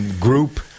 group